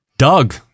Doug